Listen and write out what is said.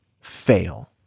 fail